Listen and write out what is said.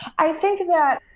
i think that,